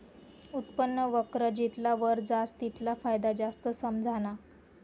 उत्पन्न वक्र जितला वर जास तितला फायदा जास्त समझाना